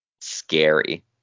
Scary